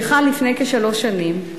שחל לפני כשלוש שנים,